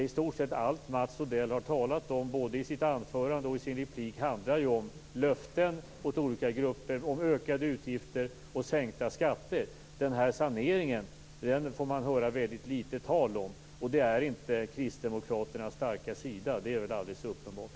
I stort sett allt som Mats Odell har talat om, både i sitt anförande och i sin replik, handlar om löften åt olika grupper om ökade utgifter och sänkta skatter. Den här saneringen får man höra väldigt litet tal om. Det är inte Kristdemokraternas starka sida, det är alldeles uppenbart.